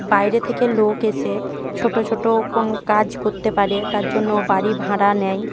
বাইরে থেকে লোক এসে ছোটো ছোটো কোনো কাজ করতে পারে তার জন্য বাড়ি ভাড়া নেয়